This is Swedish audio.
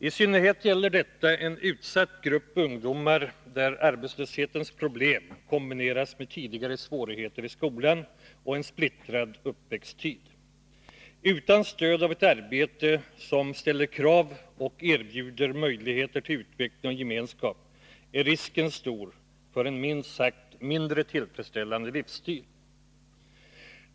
I synnerhet gäller detta en utsatt grupp ungdomar, där arbetslöshetens problem kombineras med tidigare svårigheter i skolan och en splittrad uppväxttid. Utan stöd av ett arbete som ställer krav och erbjuder möjligheter till utveckling och gemenskap är risken stor för en minst sagt mindre tillfredsställande livsstil.